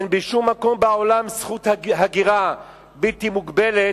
אין בשום מקום בעולם זכות הגירה בלתי מוגבלת,